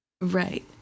right